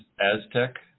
Aztec